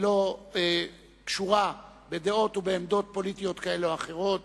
היא לא קשורה בדעות ובעמדות פוליטיות כאלה או אחרות.